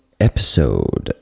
episode